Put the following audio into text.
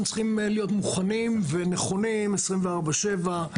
צריכים להיות מוכנים ונכונים 24/7,